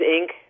Inc